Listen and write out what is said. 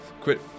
quit